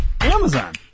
Amazon